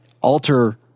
alter